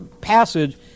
passage